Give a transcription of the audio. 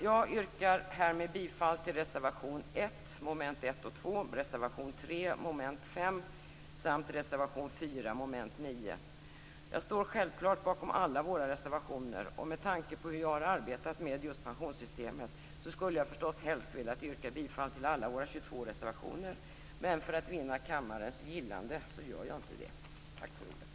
Jag yrkar härmed bifall till reservation samt reservation 4 under mom. 9. Jag står självklart bakom alla våra reservationer, och med tanke på hur jag har arbetat med just pensionssystemet skulle jag förstås helst ha velat yrka bifall till alla våra 22 reservationer. Men för att vinna kammarens gillande gör jag inte det. Tack för ordet!